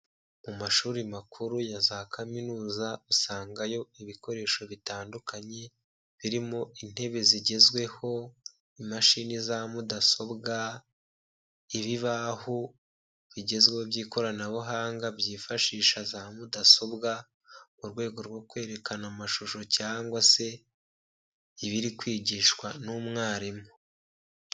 Mu mashuri makuru ya za kaminuza, usangayo ibikoresho bitandukanye, birimo intebe zigezweho, imashini za Mudasobwa, ibibaho bigezweho by'ikoranabuhanga byifashisha za Mudasobwa, mu rwego rwo kwerekana amashusho, cyangwa se ibiri kwigishwa n'umwarimu.